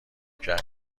کردی